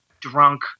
drunk